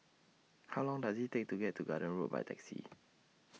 How Long Does IT Take to get to Garden Road By Taxi